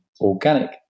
organic